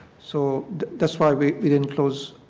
so that is why we we didn't close